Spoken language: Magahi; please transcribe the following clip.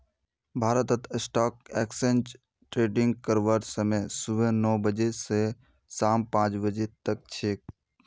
भारतत स्टॉक एक्सचेंज ट्रेडिंग करवार समय सुबह नौ बजे स शाम पांच बजे तक छेक